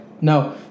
no